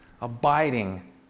abiding